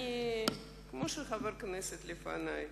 כמו חבר הכנסת לפני,